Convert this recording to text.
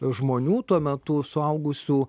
žmonių tuo metu suaugusių